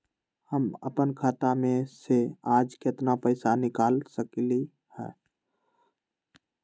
हम अपन खाता में से आज केतना पैसा निकाल सकलि ह?